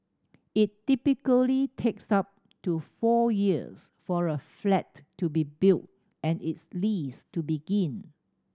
it typically takes up to four years for a flat to be built and its lease to begin